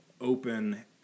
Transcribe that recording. open